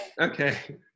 Okay